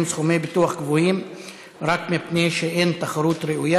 סכומי ביטוח גבוהים רק מפני שאין תחרות ראויה.